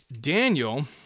Daniel